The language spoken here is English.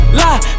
lie